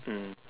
mm